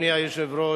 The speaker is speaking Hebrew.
אדוני היושב-ראש,